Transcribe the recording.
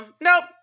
nope